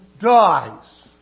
dies